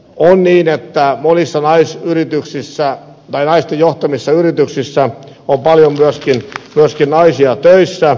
on niin että monissa naisten johtamissa yrityksissä on myöskin paljon naisia töissä